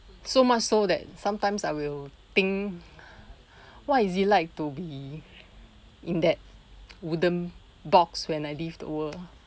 so much so that sometimes I will think why is it like to be in that wooden box when I leave the world